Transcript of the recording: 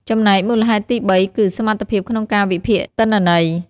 ចំណែកមូលហេតុទីបីគឺ សមត្ថភាពក្នុងការវិភាគទិន្នន័យ។